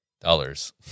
dollars